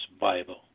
Bible